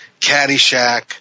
Caddyshack